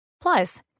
plus